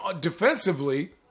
defensively